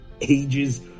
ages